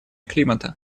климата